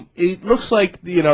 it looks like the you know